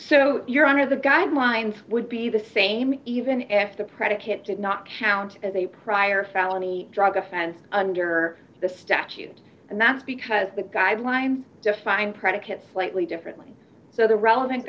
so your honor the guidelines would be the same even after the predicate to not count as a prior felony drug offense under the statute and that's because the guidelines define predicate slightly differently so the relevant